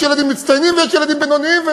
יש ילדים מצטיינים ויש ילדים בינוניים.